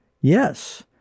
yes